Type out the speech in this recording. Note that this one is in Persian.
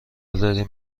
داریم